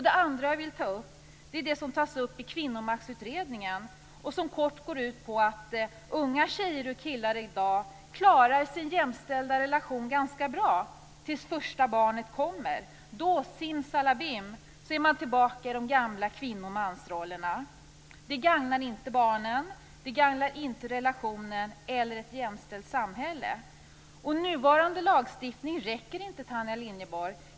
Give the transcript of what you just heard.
Det andra jag vill ta upp är det som tas upp i Kvinnomaktutredningen och som kort går ut på att dagens unga tjejer och killar klarar sin jämställda relation ganska bra tills första barnet kommer. Då är man simsalabim tillbaka i de gamla kvinno och mansrollerna. Det gagnar inte barnen. Det gagnar inte relationen eller ett jämställt samhälle. Nuvarande lagstiftning räcker inte, Tanja Linderborg.